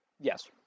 Yes